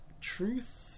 truth